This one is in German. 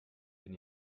den